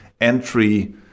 entry